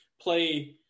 play